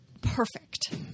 perfect